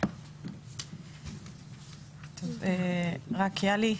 יהלי,